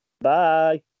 Bye